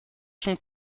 son